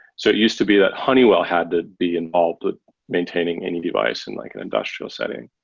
so it used to be that honeywell had to be involved with maintaining any device in like an industrial setting.